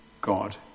God